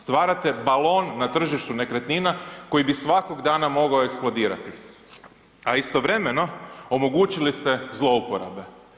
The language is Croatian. Stvarate balon na tržištu nekretnina koji bi svakog dana mogao eksplodirati, a istovremeno omogućili ste zlouporabe.